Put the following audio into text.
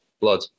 blood